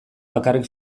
bakarrik